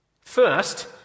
First